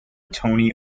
tony